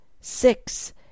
Six